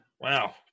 Wow